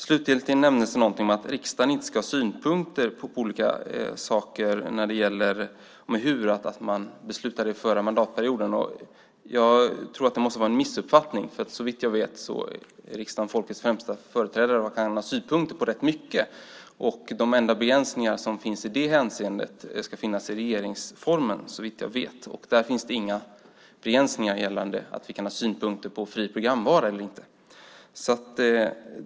Slutligen nämndes något om att riksdagen inte ska ha synpunkter på olika saker och att detta beslutades under den förra mandatperioden. Jag tror att det måste vara en missuppfattning. Såvitt jag vet är riksdagen folkets främsta företrädare och kan ha synpunkter på rätt mycket. De enda begränsningarna i det hänseendet ska finnas i regeringsformen, såvitt jag vet, och där finns inga begränsningar gällande att vi kan ha synpunkter på fri programvara eller inte.